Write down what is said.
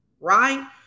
right